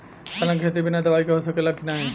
चना के खेती बिना दवाई के हो सकेला की नाही?